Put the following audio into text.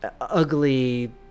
Ugly